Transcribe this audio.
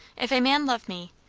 if a man love me,